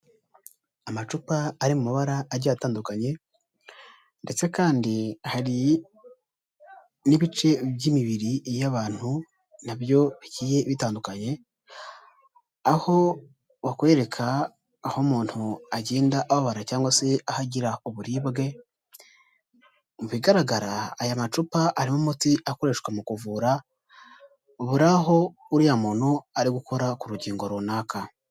Amacupa ari mu mabara agiye atandukanye, ndetse kandi hari n'ibice by'imibiri y'abantu nabyo bigiye bitandukanye, aho bakwereka aho umuntu agenda ababara cyangwa aho agirira uburibwe, mu bigaragara aya macupa arimo umuti akoreshwa mu kuvura, uba uri aho uriya muntu ari gukora k'urukingo runaka.